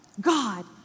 God